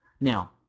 Now